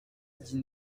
dix